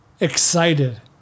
excited